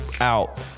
out